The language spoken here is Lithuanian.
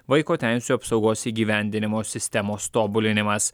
vaiko teisių apsaugos įgyvendinimo sistemos tobulinimas